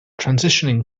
transitioning